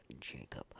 Jacob